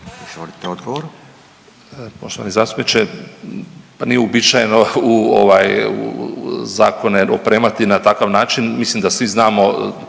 **Katić, Žarko** Poštovani zastupniče, pa nije uobičajeno zakone opremati na takav način. Mislim da svi znamo